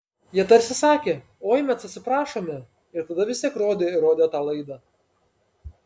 jie tarsi sakė oi mes atsiprašome ir tada vis tiek rodė ir rodė tą laidą